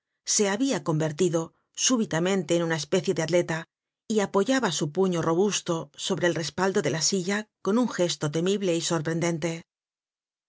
se habia convertido súbitamente en una especie de atleta y apoyaba su puño robusto sobre el respaldo de la silla con un gesto temible y sorprendente